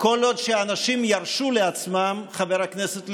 כל עוד אנשים ירשו לעצמם, חבר הכנסת ליברמן,